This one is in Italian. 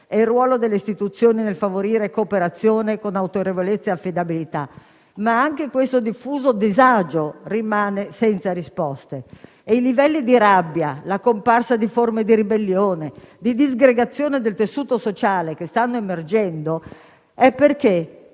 e il ruolo delle istituzioni nel favorire cooperazione con autorevolezza e affidabilità, ma anche il diffuso disagio rimane senza risposte. I livelli di rabbia, la comparsa di forme di ribellione e di disgregazione del tessuto sociale che stanno emergendo sono